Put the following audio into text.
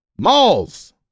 malls